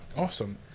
awesome